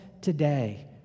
today